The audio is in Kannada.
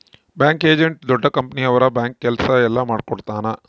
ಬ್ಯಾಂಕ್ ಏಜೆಂಟ್ ದೊಡ್ಡ ಕಂಪನಿ ಅವ್ರ ಬ್ಯಾಂಕ್ ಕೆಲ್ಸ ಎಲ್ಲ ಮಾಡಿಕೊಡ್ತನ